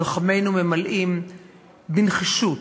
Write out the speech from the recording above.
לוחמינו ממלאים בנחישות,